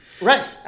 Right